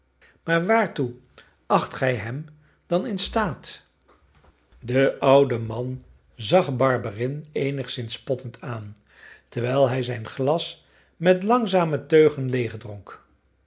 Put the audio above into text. maar waartoe acht gij hem dan in staat de oude man zag barberin eenigszins spottend aan terwijl hij zijn glas met langzame teugen